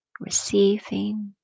receiving